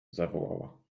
zawołała